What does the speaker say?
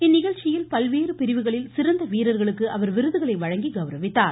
இந்நிகழ்ச்சியில் பல்வேறு பிரிவுகளில் சிறந்த வீரர்களுக்கு அவர் விருதுகளை வழங்கி கௌரவித்தார்